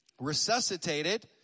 Resuscitated